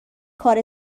کار